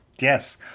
yes